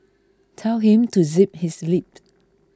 tell him to zip his lip